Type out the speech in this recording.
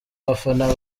bafana